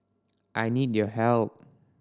I need your help